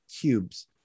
cubes